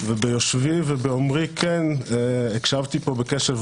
וביושבי ובאומרי כן הקשבתי פה בקשב